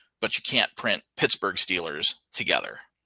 but you can't print pittsburgh steelers together.